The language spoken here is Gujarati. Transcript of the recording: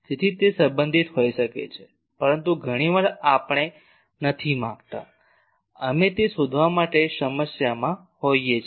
તેથી તે સંબંધિત હોઇ શકે છે પરંતુ ઘણી વાર આપણે નથી માંગતા અમે તે શોધવા માટે સમસ્યામાં હોઈએ છીએ